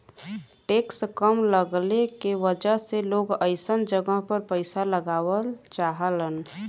tax कम लगले के वजह से लोग अइसन जगह पर पइसा लगावल चाहलन